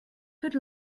could